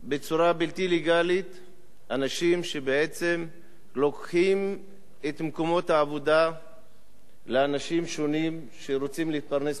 לגלית בעצם לוקחים את מקומות העבודה לאנשים שונים שרוצים להתפרנס בכבוד.